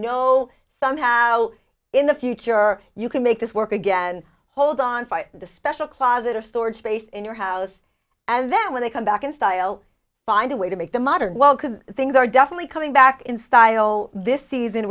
know somehow in the future you can make this work again hold on for the special closet or storage space in your house and then when they come back in style find a way to make the modern well because things are definitely coming back in style this season